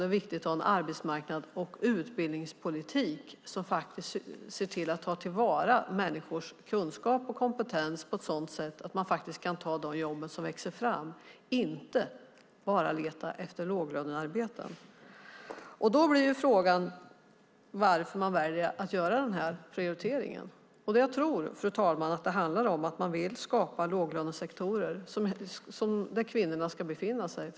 Det är viktigt att ha en arbetsmarknads och utbildningspolitik som ser till att ta till vara människors kunskap och kompetens på ett sådant sätt att de faktiskt kan ta de jobb som växer fram, inte bara leta efter låglönearbeten. Då blir frågan varför man väljer att göra den här prioriteringen. Och jag tror, fru talman, att det handlar om att man vill skapa låglönesektorer där kvinnorna ska befinna sig.